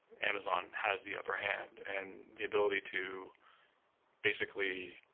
amazon has the upper hand and the ability to basically